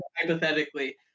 Hypothetically